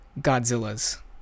Godzilla's